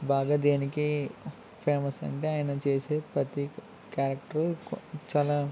బాగా దేనికి ఫేమస్ అంటే ఆయన చేసే ప్రతి క్యారెక్టరు చాలా